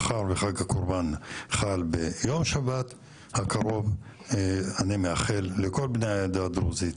מאחר וחג הקורבן חל ביום שבת הקרוב אני רוצה לאחל לכל בני העדה הדרוזית,